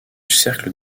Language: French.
cercle